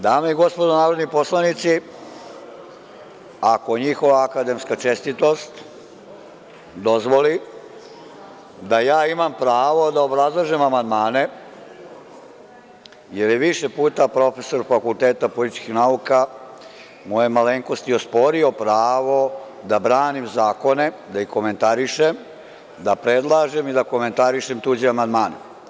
Dame i gospodo narodni poslanici, ako njihova akademska čestitost dozvoli da ja imam pravo da obrazlažem amandmane, jer je više puta profesor Fakulteta političkih nauka mojoj malenkost osporio pravo da branim zakone, da ih komentarišem, da predlažem i da komentarišem tuđe amandmane.